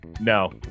No